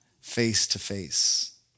face-to-face